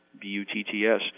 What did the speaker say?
B-U-T-T-S